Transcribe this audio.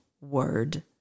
word